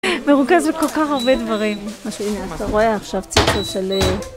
מרוכז בכל כך הרבה דברים. אתה רואה עכשיו צפצוף של...